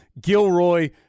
Gilroy